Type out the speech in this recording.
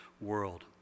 world